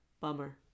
Bummer